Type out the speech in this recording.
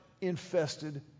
infested